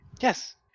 Yes